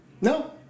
No